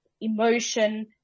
emotion